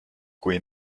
kui